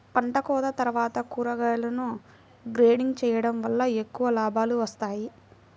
పంటకోత తర్వాత కూరగాయలను గ్రేడింగ్ చేయడం వలన ఎక్కువ లాభాలు వస్తాయి